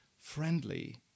friendly